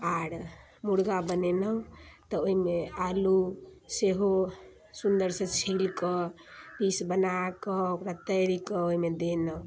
आओर मुर्गा बनेलहुँ तऽ ओइमे आलू सेहो सुन्दरसँ छीलकऽ पीस बनाकऽ ओकरा तरिके ओइमे देलहुँ